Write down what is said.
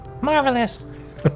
marvelous